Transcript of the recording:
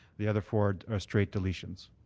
the other four are straight deletions.